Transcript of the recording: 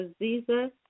Aziza